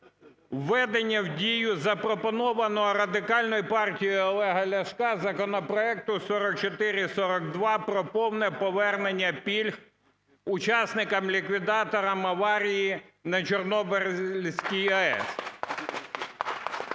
введення в дію запропонованого Радикальною партією Олега Ляшка законопроекту 4442 про повне повернення пільг учасникам-ліквідаторам аварії на Чорнобильській АЕС.